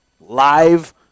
live